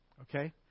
Okay